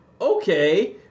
okay